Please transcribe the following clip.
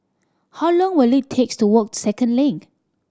how long will it takes to walk Second Link